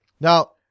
Now